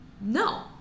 no